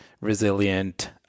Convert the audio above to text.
resilient